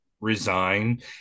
resign